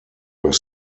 were